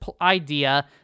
idea